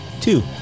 two